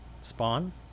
Spawn